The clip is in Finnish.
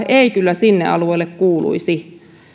ei kyllä sinne alueelle kuuluisi